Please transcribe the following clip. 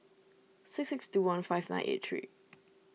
six six two one five nine eight three